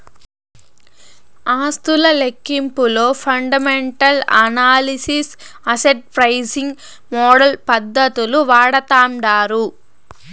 ఆస్తుల లెక్కింపులో fundamental analysis, asset pricing model పద్దతులు వాడతాండారు